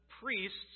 priests